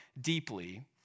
deeply